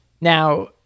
Now